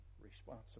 responsible